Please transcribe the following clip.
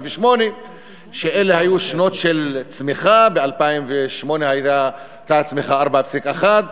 2008 שהיו שנים של צמיחה: ב-2008 הייתה הצמיחה 4.1%,